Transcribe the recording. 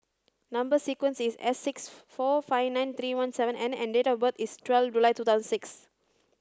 number sequence is S six four five nine three one seven N and date of birth is twelve July two thousand six